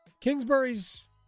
Kingsbury's